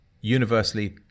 universally—